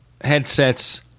headsets